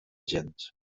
gens